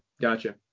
gotcha